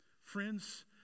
Friends